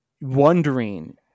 wondering